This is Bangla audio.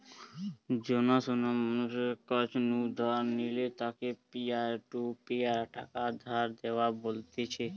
জানা শোনা মানুষের কাছ নু ধার নিলে তাকে পিয়ার টু পিয়ার টাকা ধার দেওয়া বলতিছে